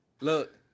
Look